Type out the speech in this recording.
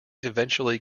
eventually